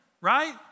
right